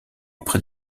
auprès